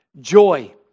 joy